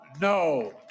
no